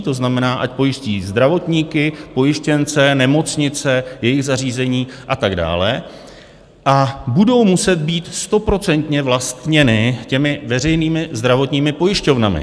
To znamená, ať pojistí zdravotníky, pojištěnce, nemocnice, jejich zařízení a tak dále a budou muset být stoprocentně vlastněny těmi veřejnými zdravotními pojišťovnami.